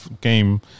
game